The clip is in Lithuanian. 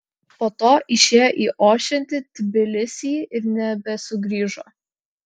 po to išėjo į ošiantį tbilisį ir nebesugrįžo